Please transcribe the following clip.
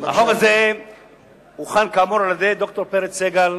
החוק הזה הוכן, כאמור, על-ידי ד"ר פרץ סגל,